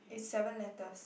it's seven letters